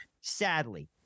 Sadly